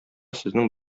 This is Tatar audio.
сезнең